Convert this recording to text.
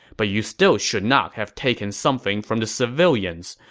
but you still should not have taken something from the civilians,